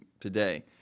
today